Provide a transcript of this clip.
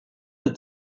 der